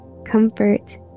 comfort